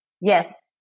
Yes